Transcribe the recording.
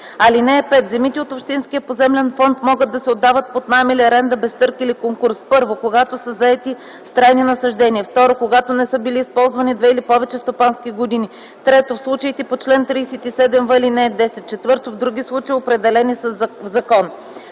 години. (5) Земите от общинския поземлен фонд могат да се отдават под наем или аренда без търг или конкурс: 1. когато са заети с трайни насаждения; 2. когато не са били използвани две или повече стопански години; 3. в случаите по чл. 37в, ал. 10; 4. в други случаи, определени в закон.